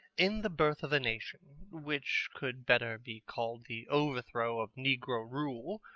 in the birth of a nation, which could better be called the overthrow of negro rule,